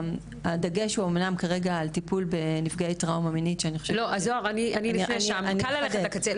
הדגש כרגע הוא על טיפול בנפגעי טראומה מינית --- קל ללכת לקצה,